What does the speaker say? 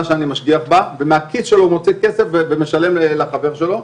שהוא משגיח בה ומהכיס שלו הוא מוציא כסף ומשלם לחבר שלו.